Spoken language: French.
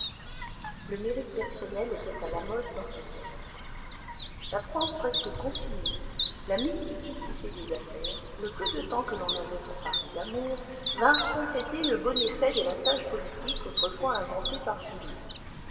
le mérite personnel était à la mode dans sa tête l'absence presque continue la multiplicité des affaires le peu de temps que l'on avait pour parler d'amour vinrent compléter le bon effet de la sage politique autrefois inventée par julien